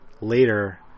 later